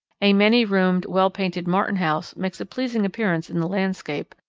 a many-roomed, well-painted martin house makes a pleasing appearance in the landscape,